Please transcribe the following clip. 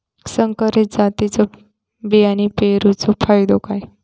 संकरित जातींच्यो बियाणी पेरूचो फायदो काय?